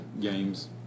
games